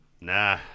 Nah